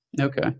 Okay